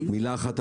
ברשותך,